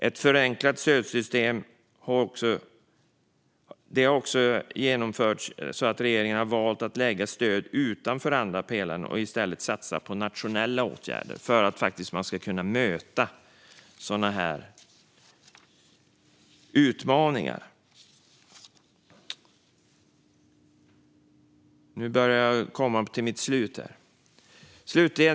Ett förenklat stödsystem har också genomförts. Regeringen har valt att lägga stöd utanför andra pelaren och i stället satsat på nationella åtgärder för att man faktiskt ska kunna möta sådana här utmaningar.